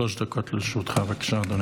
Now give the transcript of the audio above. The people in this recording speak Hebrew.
שלוש דקות לרשותך, בבקשה.